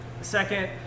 Second